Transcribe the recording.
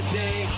day